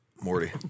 Morty